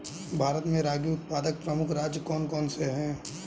भारत में रागी उत्पादक प्रमुख राज्य कौन कौन से हैं?